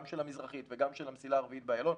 גם של המזרחית וגם של המסילה הרביעית באיילון,